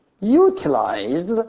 utilized